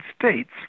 States